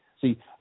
See